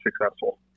successful